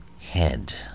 Head